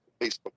Facebook